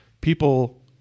people